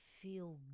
feel